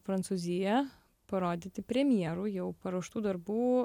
prancūziją parodyti premjerų jau paruoštų darbų